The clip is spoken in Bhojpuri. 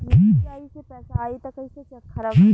यू.पी.आई से पैसा आई त कइसे चेक खरब?